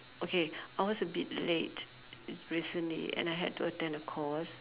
okay I was a bit late recently and I had to attend a course